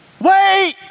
Wait